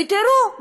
ותראו,